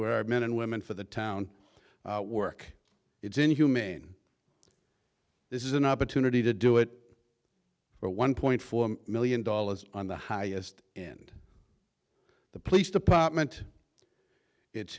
where men and women for the town work it's inhumane this is an opportunity to do it for one point four million dollars on the highest in the police department it's